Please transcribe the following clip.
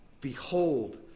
Behold